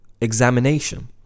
examination